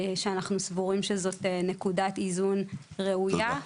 אנחנו סבורים שזו נקודת איזון ראויה.